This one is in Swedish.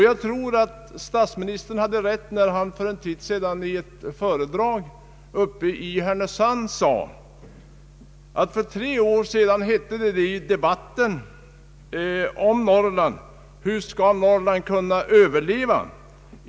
Jag tror att statsministern hade rätt, när han för en tid sedan i ett tal i Härnösand sade: ”För tre år sedan hette det i debatten om Norrland: Hur skall Norrland kunna överleva?